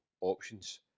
options